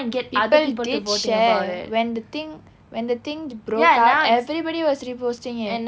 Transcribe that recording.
people did share when the thing when the thing broke out everybody was reposting it